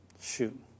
shoot